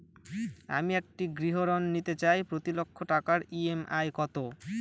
আমি একটি গৃহঋণ নিতে চাই প্রতি লক্ষ টাকার ই.এম.আই কত?